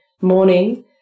morning